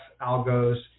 algos